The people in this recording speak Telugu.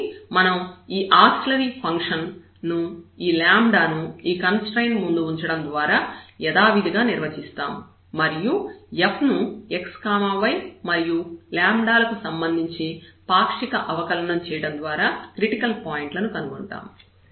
కాబట్టి మనం ఈ ఆక్సిలియరీ ఫంక్షన్ ను ఈ ను ఈ కన్స్ట్రయిన్ట్ ముందు ఉంచడం ద్వారా యధావిధిగా నిర్వచిస్తాము మరియు F ను x y మరియు లకు సంబంధించి పాక్షిక అవకలనం చేయడం ద్వారా క్రిటికల్ పాయింట్ లన్నింటినీ కనుగొంటాము